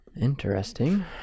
Interesting